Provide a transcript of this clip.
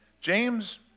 James